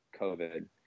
COVID